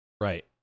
Right